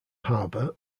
harbor